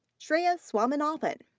shreya swaminathan.